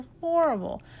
horrible